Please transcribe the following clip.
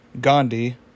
Gandhi